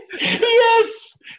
Yes